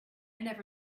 never